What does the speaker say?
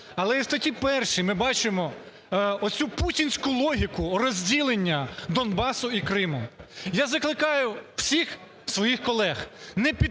але і у статті 1 ми бачимо оцю путінську логіку розділення Донбасу і Криму. Я закликаю всіх своїх колег, не підтримувати